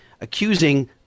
Accusing